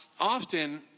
often